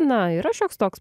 na yra šioks toks